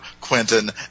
Quentin